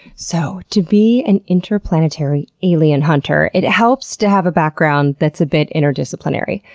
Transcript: so to be an interplanetary alien hunter, it helps to have a background that's a bit interdisciplinary.